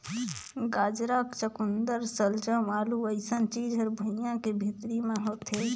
गाजरा, चकुंदर सलजम, आलू अइसन चीज हर भुइंयां के भीतरी मे होथे